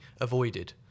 avoided